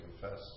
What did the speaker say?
confess